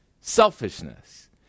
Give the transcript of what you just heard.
selfishness